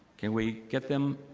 can we get them?